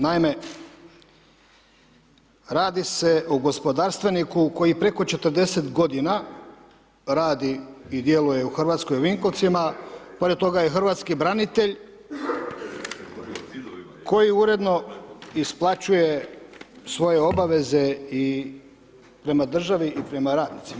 Naime radi se o gospodarstveniku koji preko 40 godina radi i djeluje u Hrvatskoj u Vinkovcima, pored toga je i hrvatski branitelj koji uredno isplaćuje svoje obaveze prema državi i prema radnicima.